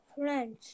French